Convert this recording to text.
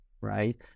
right